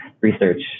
research